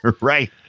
right